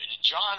john